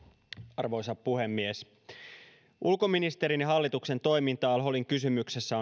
arvoisa puhemies ulkoministerin ja hallituksen toiminta al holin kysymyksessä